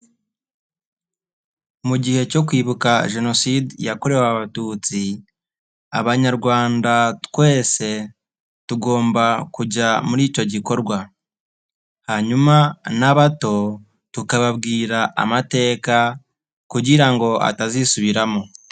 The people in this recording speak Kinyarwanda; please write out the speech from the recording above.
Mu gihe cyo kwibuka Jenoside yakorewe abatutsi, abanyarwanda twese tugomba kujya muri icyo gikorwa. Hanyuma n'abato tukababwira amateka, kugira ngo atazisubiramo.